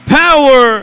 power